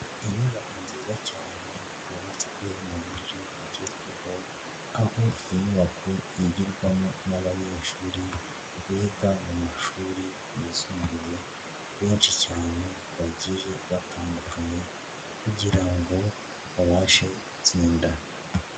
Inyubako nziza cyane yubatswe mu buryo bugezweho aho inyubako yigirwamo nabanyeshuri biga mu mashuri yisumbuye benshi cyane bagiye batandukanye kugira ngo babashe gutsinda.